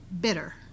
bitter